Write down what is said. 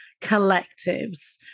collectives